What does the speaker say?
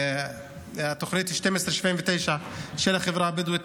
והתוכנית היא 1279 של החברה הבדואית.